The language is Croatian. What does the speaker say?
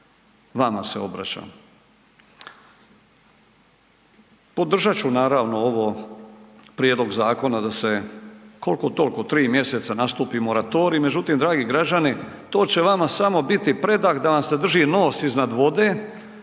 vama se obraćam. Podržat ću naravno ovo, prijedlog zakona da se koliko-toliko 3. mj. nastupi moratorij, međutim dragi građani, to će vama samo biti predah da vam se drži nos iznad vode,